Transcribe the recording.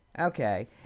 okay